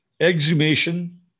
exhumation